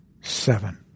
seven